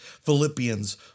Philippians